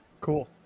Cool